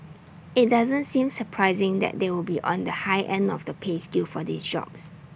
IT doesn't seem surprising that they would be on the high end of the pay scale for these jobs